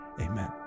amen